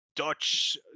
Dutch